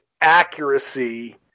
accuracy